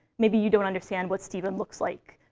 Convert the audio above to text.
maybe you don't understand what stephen looks like,